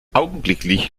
augenblicklich